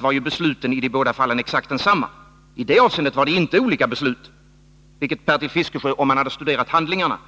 var beslutet i de båda fallen exakt detsamma. I det avseendet var det inte olika beslut, vilket Bertil Fiskesjö mycket väl hade sett om han hade studerat handlingarna.